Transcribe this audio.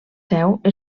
troba